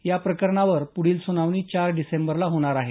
या प्रकरणावर पुढील सुनावणी चार डिसेंबरला होणार आहे